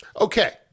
Okay